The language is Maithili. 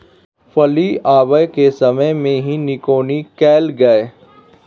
फली आबय के समय मे भी निकौनी कैल गाय?